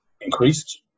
increased